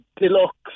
deluxe